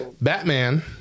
Batman